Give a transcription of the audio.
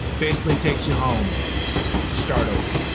basically takes you home to start over.